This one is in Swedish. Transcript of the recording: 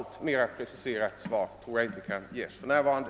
Något mera preciserat svar tror jag inte kan ges för närvarande.